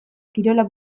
kirola